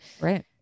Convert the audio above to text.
right